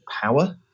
power